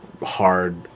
hard